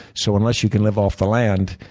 so unless you can live off the land,